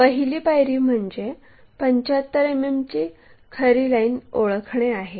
पहिली पायरी म्हणजे 75 मिमीची खरी लाईन ओळखणे आहे